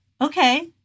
Okay